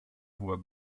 voix